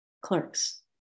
clerks